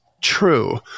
true